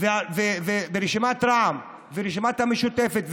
ורשימת רע"מ והרשימה המשותפת,